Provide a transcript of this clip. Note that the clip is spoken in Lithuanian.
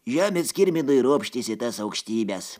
žemės kirminui ropštis į tas aukštybes